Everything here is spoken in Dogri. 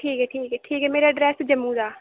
ठीक ऐ ठीक ऐ ठीक ऐ मेरा एड्रैस जम्मू दा